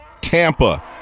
Tampa